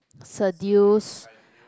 seduce